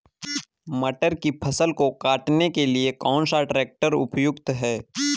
मटर की फसल को काटने के लिए कौन सा ट्रैक्टर उपयुक्त है?